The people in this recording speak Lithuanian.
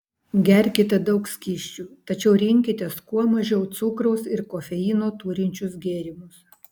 gerkite daug skysčių tačiau rinkitės kuo mažiau cukraus ir kofeino turinčius gėrimus